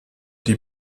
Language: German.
die